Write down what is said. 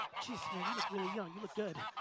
jesus man, you look really young, you look good.